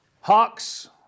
Hawks